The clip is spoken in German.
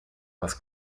was